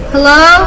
Hello